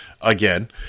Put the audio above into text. again